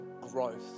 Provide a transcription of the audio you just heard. growth